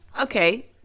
okay